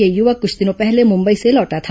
यह युवक कुछ दिनों पहले मुंबई से लौटा था